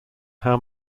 how